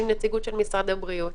עם נציגות של משרד הבריאות,